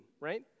right